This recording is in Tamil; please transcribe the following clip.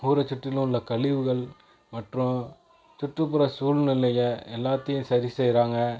ஊரை சுற்றிலும் உள்ள கழிவுகள் மற்றும் சுற்றுப்புற சூழ்நிலையை எல்லாத்தையும் சரி செய்கிறாங்க